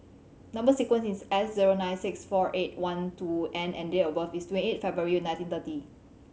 number sequence is S zero nine six four eight one two N and date of birth is twenty eight February nineteen thirty